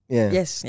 Yes